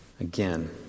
Again